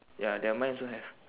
ya that mine also have